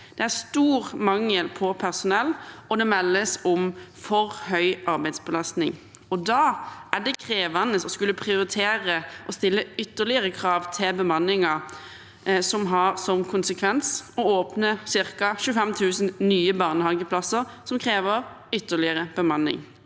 Det er stor mangel på personell, og det meldes om for høy arbeidsbelastning. Da er det krevende å skulle prioritere å stille ytterligere krav til bemanningen, noe som vil bli konsekvensen av å åpne for ca. 25 000 nye barnehageplasser, som vil kreve ytterligere bemanning.